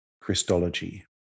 Christology